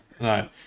No